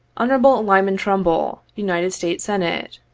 hon. lyman trumbull, united states senate,